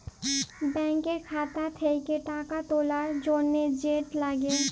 ব্যাংকের খাতা থ্যাকে টাকা তুলার জ্যনহে যেট লাগে